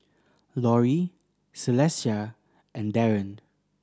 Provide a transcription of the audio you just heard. Lori Celestia and Daren